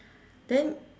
then